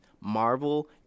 marvel